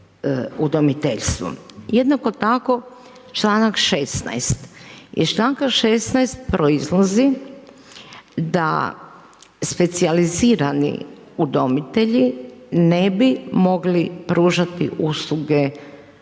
Jednako tako, članak 16., iz članka 16. proizlazi da specijalizirani udomitelji ne bi mogli pružati usluge osobama